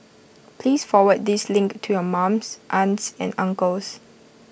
please forward this link to your mums aunts and uncles